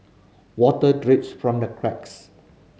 water drips from the cracks